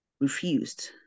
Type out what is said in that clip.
refused